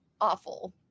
awful